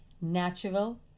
natural